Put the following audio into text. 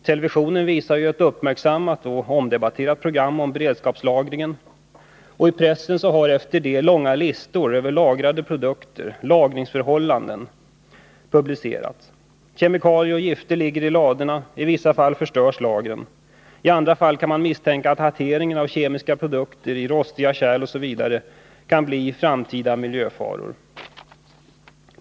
Televisionen visade härförleden ett uppmärksammat och omdebatterat program om beredskapslagringen, och i pressen har sedan dess långa listor över lagrade produkter, lagringsförhållanden etc. publicerats. Kemikalier och gifter ligger i ladorna. I vissa fall förstörs lagren. I andra fall kan man misstänka att hanteringen av kemiska produkter, lagring i rostiga kärl osv. kan bli framtida miljöfaror.